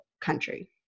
country